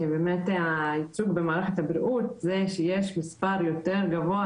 שבאמת הייצוג במערכת הבריאות זה שיש מספר יותר גבוה